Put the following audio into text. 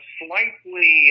slightly